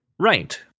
right